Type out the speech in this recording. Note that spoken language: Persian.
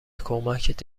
کمکت